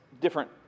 different